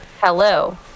hello